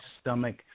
stomach